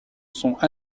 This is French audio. sont